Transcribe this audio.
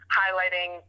highlighting